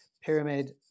pyramid